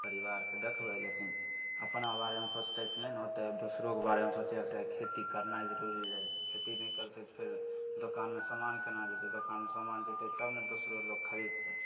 परिवारके देखबइ लेकिन अपना बारेमे सोचिते तऽ नहि ने होतय दोसरोके बारेमे सोचयके चाही खेती करनाइ जरुरी रहय छै खेती नहि करतइ तऽ फेर दोकानमे सामान केना जेतय दोकानमे सामान जेतय तब ने दोसरो लोक खरीदतै